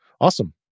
Awesome